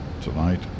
tonight